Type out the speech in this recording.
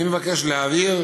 אני מבקש להבהיר